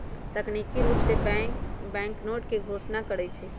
तकनिकी रूप से बैंक बैंकनोट के घोषणा करई छई